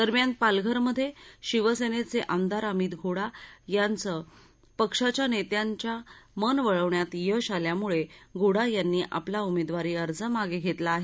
दरम्यान पालघरमधे शिवसेनेचे आमदार अमित घोडा यांचं पक्षाच्या नेत्यांना मन वळवण्यात यश आल्यामुळे घोडा यांनी आपला उमेदवारी अर्ज मागे घेतला आहे